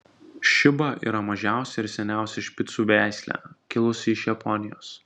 šiba yra mažiausia ir seniausia špicų veislė kilusi iš japonijos